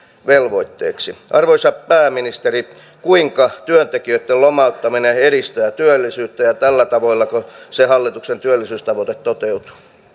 velvoitteeksi arvoisa pääministeri kuinka työntekijöitten lomauttaminen edistää työllisyyttä ja tällä tavallako se hallituksen työllisyystavoite toteutuu